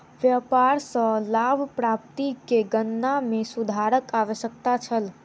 व्यापार सॅ लाभ प्राप्ति के गणना में सुधारक आवश्यकता छल